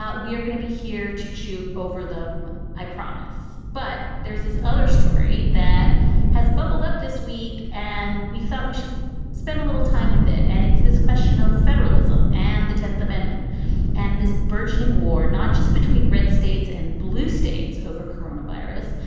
ah we are going to be here to chew over them, i promise. but there's this other story that has bubbled up this week and we thought we should spend a little time with it. and it's this question of federalism and the tenth amendment and this burgeoning war, not just between red states and blue states over corona virus,